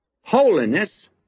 holiness